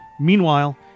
Meanwhile